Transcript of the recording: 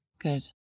Good